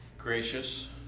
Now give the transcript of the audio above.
Gracious